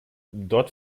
dort